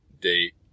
date